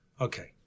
Okay